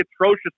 atrocious